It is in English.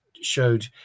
showed